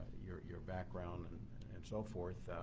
your your background and so forth.